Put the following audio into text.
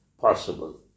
possible